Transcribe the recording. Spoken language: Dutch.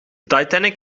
titanic